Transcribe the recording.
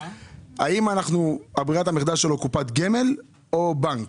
האם ברירת המחדל שלו קופת גמל או בנק?